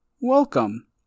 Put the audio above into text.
welcome